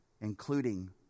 including